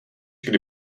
kdy